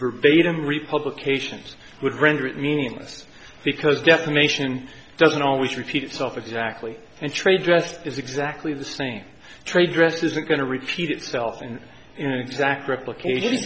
begum republication would render it meaningless because defamation doesn't always repeat itself exactly and trade dress is exactly the same trade dress isn't going to repeat itself and you know exact replicati